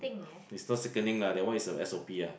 is not sickening lah that one is a S_O_P ah